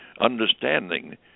understanding